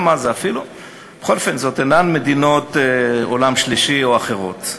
בכל זאת הן אינן מדינות עולם שלישי או אחרות,